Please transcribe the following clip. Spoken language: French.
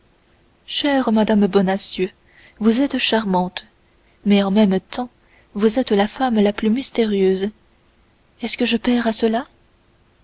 chère madame bonacieux vous êtes charmante mais en même temps vous êtes la femme la plus mystérieuse est-ce que je perds à cela